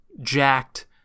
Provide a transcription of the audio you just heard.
jacked